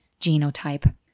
genotype